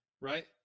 right